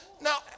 Now